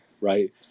right